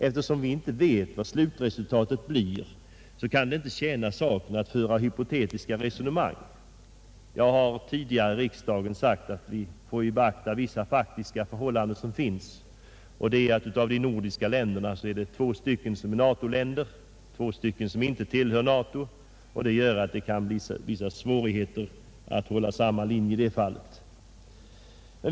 Eftersom vi inte vet vad slutresultatet blir, kan det inte tjäna saken att föra hypotetiska resonemang. Jag har tidigare i riksdagen sagt att vi får beakta vissa faktiska förhållanden. Av de nordiska länderna är det två som är NATO-länder och två som inte tillhör NATO. Detta gör att det kan bli svårigheter att hålla samma linje.